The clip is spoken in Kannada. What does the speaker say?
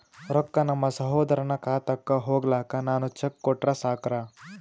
ರೊಕ್ಕ ನಮ್ಮಸಹೋದರನ ಖಾತಕ್ಕ ಹೋಗ್ಲಾಕ್ಕ ನಾನು ಚೆಕ್ ಕೊಟ್ರ ಸಾಕ್ರ?